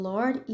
Lord